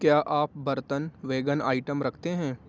کیا آپ برتن ویگن آئٹم رکھتے ہیں